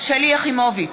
שלי יחימוביץ,